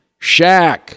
Shaq